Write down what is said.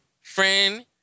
friend